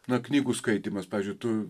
na knygų skaitymas pavyzdžiui tu